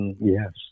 yes